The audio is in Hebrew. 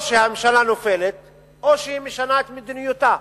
או שהממשלה נופלת או שהיא משנה את מדיניותה,